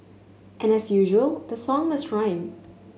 and as usual the song must rhyme